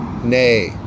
nay